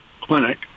clinic